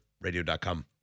radio.com